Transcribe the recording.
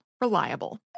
Reliable